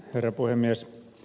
herra puhemies